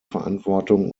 verantwortung